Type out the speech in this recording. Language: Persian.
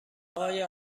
آیا